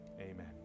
Amen